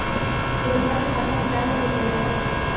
सुरजवा के खाता में चार लाख रुपइया हई